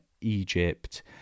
Egypt